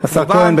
השר כהן.